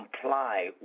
comply